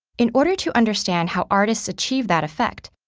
in order to understand how artists achieve that effect,